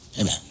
Amen